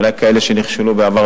אולי כאלה שנכשלו בעבר,